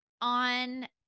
on